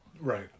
Right